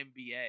NBA